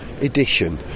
edition